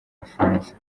bufaransa